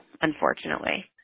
unfortunately